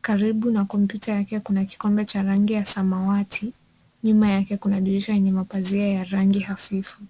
Karibu na kompyuta yake kuna kikombe cha rangi ya samawati. Nyuma yake kuna dirisha lenye mapazia ya rangi hafifu.